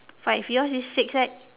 five yours is six right